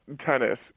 Tennis